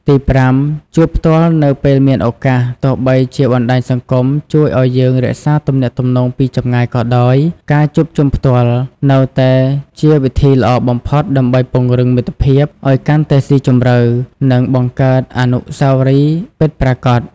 ទីប្រាំ ជួបផ្ទាល់នៅពេលមានឱកាស ទោះបីជាបណ្ដាញសង្គមជួយឱ្យយើងរក្សាទំនាក់ទំនងពីចម្ងាយក៏ដោយ ការជួបជុំផ្ទាល់ នៅតែជាវិធីល្អបំផុតដើម្បីពង្រឹងមិត្តភាពឱ្យកាន់តែស៊ីជម្រៅ និងបង្កើតអនុស្សាវរីយ៍ពិតប្រាកដ។